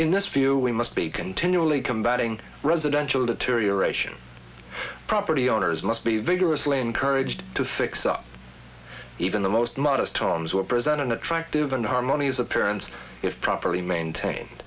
in this view we must be continually combating residential deterioration property owners must be vigorously encouraged to fix up even the most modest homes were present an attractive and harmonious appearance if properly maintain